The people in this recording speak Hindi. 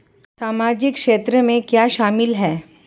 सामाजिक क्षेत्र में क्या शामिल है?